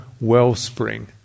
wellspring